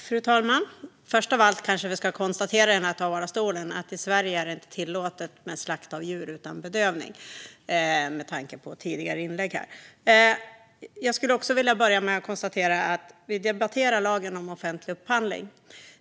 Fru talman! Först av allt kanske vi ska konstatera i den här talarstolen, med tanke på tidigare inlägg här, att det i Sverige inte är tillåtet med slakt av djur utan bedövning. Jag skulle också vilja börja med att konstatera att vi debatterar lagen om offentlig upphandling.